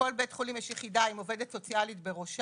לכל בית חולים יש יחידה עם עובדת סוציאלית בראשה,